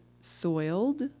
soiled